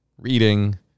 reading